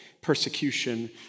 persecution